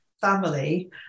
family